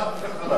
חד וחלק.